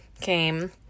came